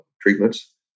treatments